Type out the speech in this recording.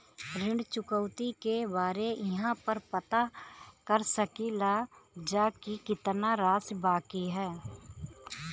ऋण चुकौती के बारे इहाँ पर पता कर सकीला जा कि कितना राशि बाकी हैं?